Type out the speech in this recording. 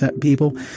people